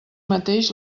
mateix